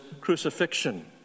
crucifixion